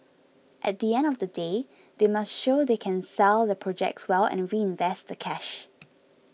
at the end of the day they must show they can sell their projects well and reinvest the cash